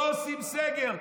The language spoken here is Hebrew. לא עושים סגר.